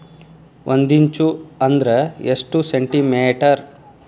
ಒಂದಿಂಚು ಅಂದ್ರ ಎಷ್ಟು ಸೆಂಟಿಮೇಟರ್?